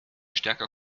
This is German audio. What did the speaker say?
stärker